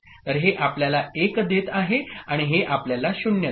तर हे आपल्याला 1 देत आहे आणि हे आपल्याला 0 देते